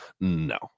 no